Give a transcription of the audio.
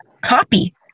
copy